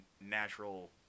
natural